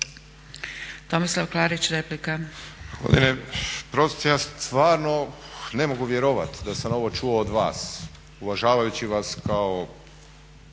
Tomislav (HDZ)** Gospodine Pros, ja stvarno ne mogu vjerovati da sam ovo čuo od vas, uvažavajući vas kao